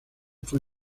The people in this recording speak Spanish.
fue